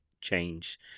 change